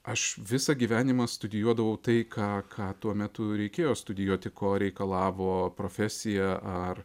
aš visą gyvenimą studijuodavau tai ką ką tuo metu reikėjo studijuoti ko reikalavo profesija ar